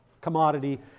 commodity